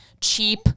cheap